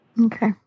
Okay